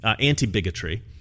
anti-bigotry